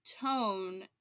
tone